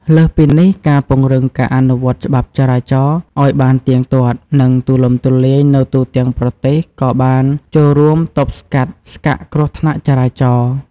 លើសពីនេះ ការពង្រឹងការអនុវត្តច្បាប់ចរាចរណ៍ឱ្យបានទៀងទាត់ និងទូលំទូលាយនៅទូទាំងប្រទេសក៏បានចូលរួមទប់ស្កាត់ស្កាក់គ្រោះថ្នាក់ចរាចរណ៍។